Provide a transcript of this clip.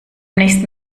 nächsten